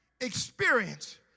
experience